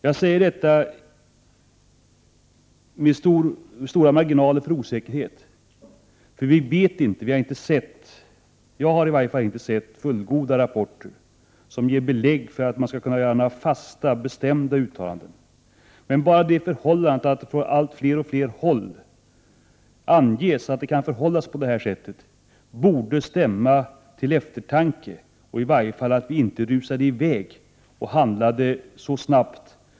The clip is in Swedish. Jag säger detta med stora marginaler för osäkerhet, eftersom åtminstone inte jag har sett några fullgoda rapporter som ger underlag för några fasta och bestämda uttalanden. Men bara det förhållandet att det från allt fler håll anges att det kan vara på detta sätt borde stämma till eftertanke, så att man inte rusar iväg och handlar för snabbt.